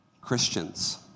Christians